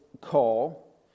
call